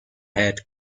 haired